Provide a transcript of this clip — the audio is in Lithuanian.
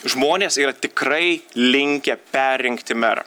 žmonės yra tikrai linkę perrinkti merą